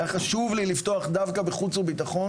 היה חשוב לי לפתוח דווקא בחוץ וביטחון